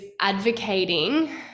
advocating